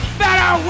better